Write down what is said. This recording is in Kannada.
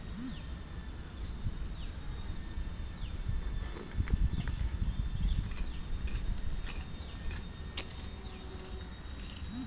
ಬೀಟನ್ನ್ ರೈಸ್ ಇದನ್ನು ಅವಲಕ್ಕಿ ಅಥವಾ ಪೋಹ ಎಂದು ಕರಿತಾರೆ